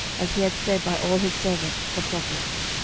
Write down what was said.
as he had said by all his servants the prophets.